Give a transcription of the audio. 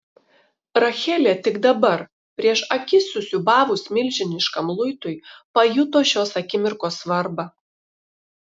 rachelė tik dabar prieš akis susiūbavus milžiniškam luitui pajuto šios akimirkos svarbą